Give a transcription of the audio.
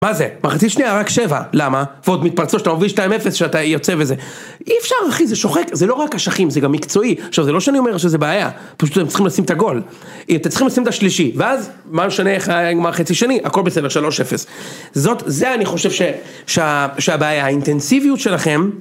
מה זה? מחצית שנייה רק שבע, למה? ועוד מתפרצות שאתה מוביל שתיים אפס שאתה יוצא וזה אי אפשר אחי זה שוחק זה לא רק אשכים זה גם מקצועי עכשיו זה לא שאני אומר שזה בעיה, פשוט הם צריכים לשים את הגול אם אתם צריכים לשים את השלישי, ואז? מה משנה איך היה נגמר חצי שני, הכל בסדר שלוש אפס, זאת, זה אני חושב שהבעיה האינטנסיביות שלכם